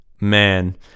man